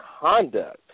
conduct